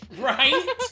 right